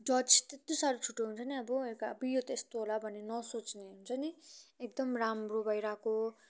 Dutch त्यति साह्रो छिटो हुन्छ नि अब अबुइ यो त त्यस्तो होला भन्ने नसोच्ने हुन्छ नि एकदम राम्रो भइरहेको